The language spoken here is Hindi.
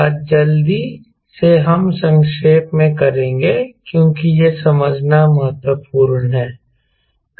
आज जल्दी से हम संक्षेप में करेंगे क्योंकि यह समझना महत्वपूर्ण है